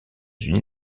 unis